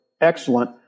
excellent